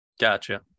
Gotcha